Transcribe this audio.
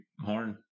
horn